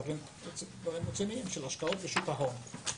דברים רציניים של השקעות בשוק ההון.